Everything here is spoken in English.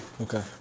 Okay